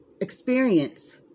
experience